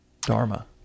dharma